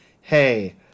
hey